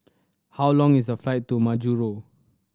how long is the flight to Majuro